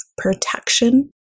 protection